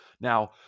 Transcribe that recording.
now